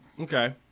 Okay